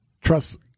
trust